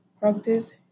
practice